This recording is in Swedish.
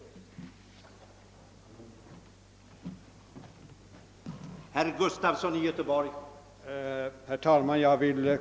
Ordet lämnades på begäran även till